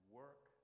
work